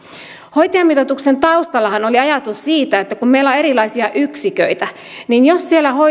hoitajamitoituksen taustallahan oli ajatus siitä että kun meillä on erilaisia yksiköitä niin jos siellä